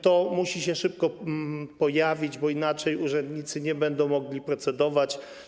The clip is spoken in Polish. To musi się szybko pojawić, bo inaczej urzędnicy nie będą mogli procedować.